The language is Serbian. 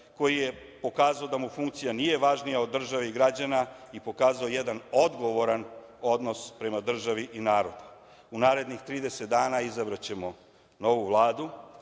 koji je pokazao da mu funkcija nije važnija od države i građana i pokazao jedan odgovoran odnos prema državi i narodu. U narednih 30 dana izabraćemo novu Vladu,